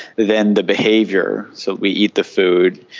then the behaviour, so we eat the food.